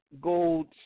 Gold